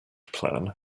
plan